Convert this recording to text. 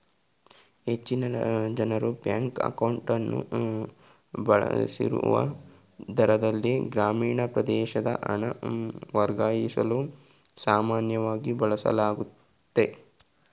ಹೆಚ್ಚಿನ ಜನ್ರು ಬ್ಯಾಂಕ್ ಅಕೌಂಟ್ಅನ್ನು ಬಳಸದಿರುವ ದೂರದಲ್ಲಿ ಗ್ರಾಮೀಣ ಪ್ರದೇಶದ ಹಣ ವರ್ಗಾಯಿಸಲು ಸಾಮಾನ್ಯವಾಗಿ ಬಳಸಲಾಗುತ್ತೆ